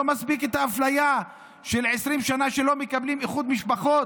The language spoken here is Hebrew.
לא מספיקה אפליה של 20 שנה שלא מקבלים איחוד משפחות,